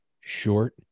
short